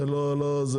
זה לא בושה,